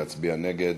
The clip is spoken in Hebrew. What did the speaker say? להצביע נגד.